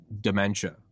dementia